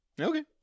Okay